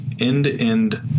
end-to-end